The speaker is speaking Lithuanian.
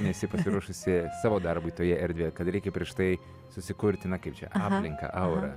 nesi pasiruošusi savo darbui toje erdvėje kad reikia prieš tai susikurti na kaip čia aplinką aurą